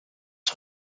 een